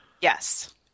Yes